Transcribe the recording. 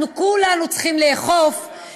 כדי שמדינת ישראל לא תממן הצגה שמאדירה טרוריסטים,